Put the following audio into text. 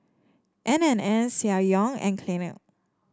N and N Ssangyong and Clinique